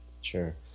Sure